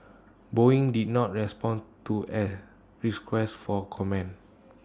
boeing did not respond to A request for comment